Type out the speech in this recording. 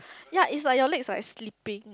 ya it's like your legs are like slipping